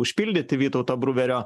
užpildyti vytauto bruverio